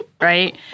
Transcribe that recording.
right